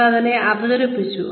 നിങ്ങൾ അത് അവതരിപ്പിച്ചു